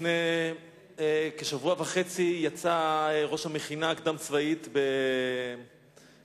לפני כשבוע וחצי יצא ראש המכינה הקדם-צבאית מהצפון,